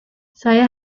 saya